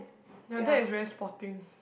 your dad is very sporting